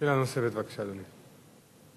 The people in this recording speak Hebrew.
שאלה נוספת, בבקשה, אדוני.